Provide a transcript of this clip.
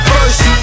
First